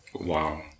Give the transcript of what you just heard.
Wow